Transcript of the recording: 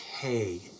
okay